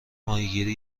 ماهیگیری